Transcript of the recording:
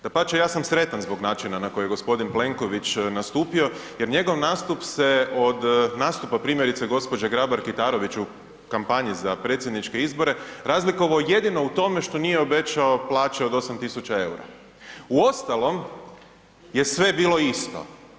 Dapače ja sam sretan zbog načina na koji je gospodin Plenković nastupio jer njegov nastup se od nastupa primjerice gospođe Grabar Kitarović u kampanji za predsjedničke izbore razlikovao jedino u tome što nije obećao plaće od 8.000 EUR-a u ostalom je sve bilo isto.